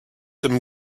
them